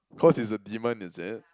cause it's a demon is it